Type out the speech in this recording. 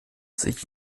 sich